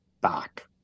back